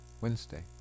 Wednesday